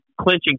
clinching